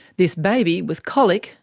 this baby with colic,